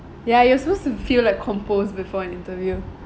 ya you're supposed to feel like composed before an interview